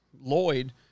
Lloyd